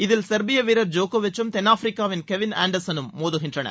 இதில் செர்பிய வீரர் ஜோக்விச்சும் தென்னாப்பிரிக்காவின் கெவின் ஆன்டர்ஸனும் மோதுகின்றனர்